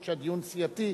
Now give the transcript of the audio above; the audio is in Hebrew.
אף שהדיון סיעתי,